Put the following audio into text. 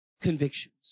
convictions